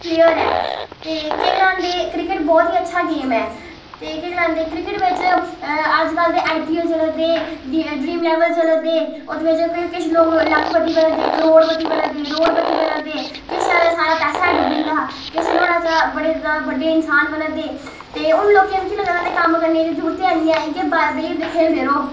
player ऐ ते केह् गलांदे क्रिकेट बहोत ही अच्छा गेम ऐ ते केह् गलांदे क्रिकेट बिच अज्ज कल आई पी एल चला दे ड्रीम इलेवन चला दे ओह्दे बिच किश लोग लक्खपति बना दे करोड़ पति बना दे रोड पति बना दे किश आखदे साढ़ा पैसा गै डुब्बी जंदा किश नुहाड़े चा बड़े जादा बड्डे इंसान बना दे ते हून लोकें मिगी लगदा ऐ कि कम्म करने दी जरूरत गै निं ऐ बेहियै ते खेल्लदे र'वो